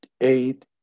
eight